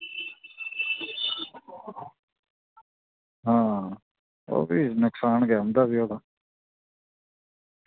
आं ओह् भी नुक्सान गै उंदी भी